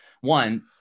one